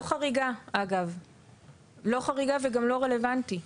לא חריגה וגם לא רלוונטי.